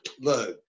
Look